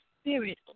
spirit